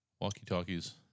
walkie-talkies